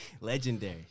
Legendary